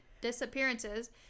disappearances